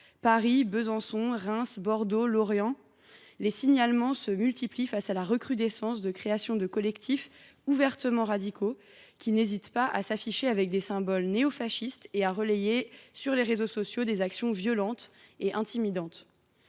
Paris, Besançon, Reims, Bordeaux, Lorient, etc. les signalements se multiplient face à la recrudescence de la création de collectifs ouvertement radicaux, qui n’hésitent pas à s’afficher avec des symboles néofascistes et à relayer sur les réseaux sociaux des actions violentes et intimidantes.